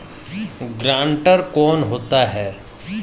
Guarantor कौन होता है?